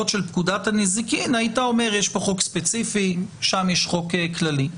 של פקודת הנזיקין היתה אומרת: שם יש חוק כללי.